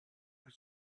his